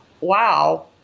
wow